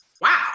wow